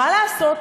מה לעשות,